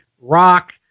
rock